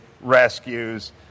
Rescues